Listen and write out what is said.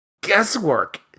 guesswork